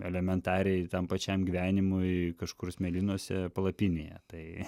elementariai tam pačiam gyvenimui kažkur smėlynuose palapinėje tai